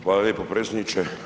Hvala lijepo predsjedniče.